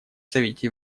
совете